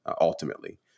ultimately